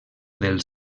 del